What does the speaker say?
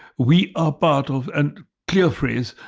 we are part of, and clear phrase,